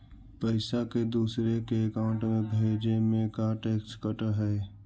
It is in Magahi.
पैसा के दूसरे के अकाउंट में भेजें में का टैक्स कट है?